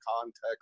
context